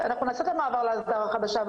אנחנו נעשה את המעבר להסדרה החדשה,